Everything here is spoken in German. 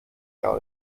gar